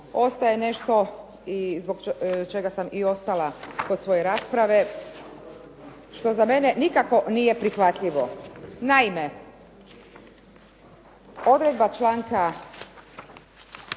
ostaje nešto i zbog čega sam i ostala kod svoje rasprave što za mene nikako nije prihvatljivo. Naime, odredba članka